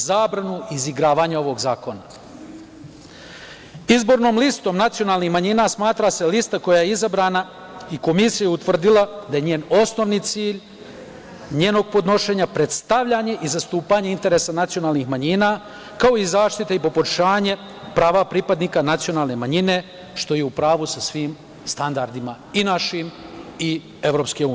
Izbornom listom nacionalnih manjina smatra se lista koja je izabrana i Komisija utvrdila da je njen osnovni cilj njenog podnošenja predstavljanje i zastupanje interesa nacionalnih manjina, kao i zaštita i poboljšanje prava pripadnika nacionalne manjine, što je u pravu sa svim standardima, i našim i EU.